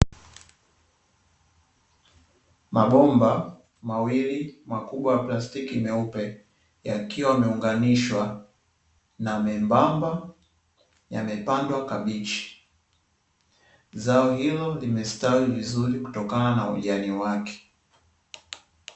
Mabomba mawili makubwa ya plastiki meupe, yakiwa yameunganishwa na membamba yamepandwa kabichi, zao hilo limestawi vizuri kutokana na ujani wake.